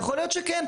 יכול להיות שכן.